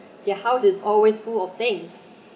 their house is always full of things